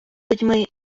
людьми